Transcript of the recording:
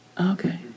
Okay